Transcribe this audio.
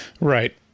Right